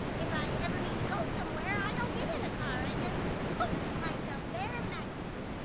if i ever need to go somewhere i don't get in a car, i just poof myself there magically.